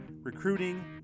recruiting